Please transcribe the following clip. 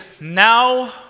now